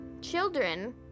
children